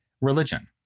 Religion